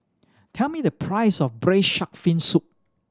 tell me the price of Braised Shark Fin Soup